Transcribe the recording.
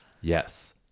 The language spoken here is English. Yes